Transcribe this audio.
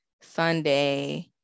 Sunday